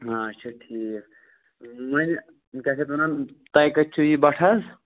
اَچھا ٹھیٖک وۅنۍ کیٛاہ چھِ اَتھ وَنان تۄہہِ کَتہِ چھُو یہِ بَٹھٕ حظ